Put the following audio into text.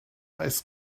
ice